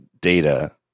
data